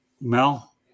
Mel